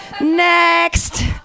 Next